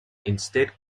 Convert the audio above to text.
instead